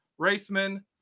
Raceman